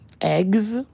eggs